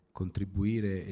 contribuire